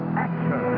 action